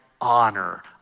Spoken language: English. honor